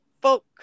Folk